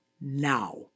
now